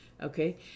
Okay